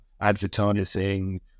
advertising